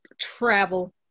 travel